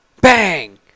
bang